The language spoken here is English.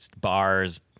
bars